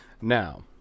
Now